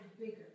bigger